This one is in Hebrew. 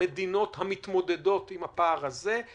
המדינות המתמודדות עם הפער הזה.